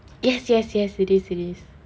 yes yes yes it is it is